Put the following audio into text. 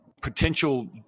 potential